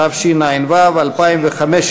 התשע"ו 2015,